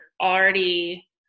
already